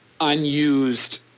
unused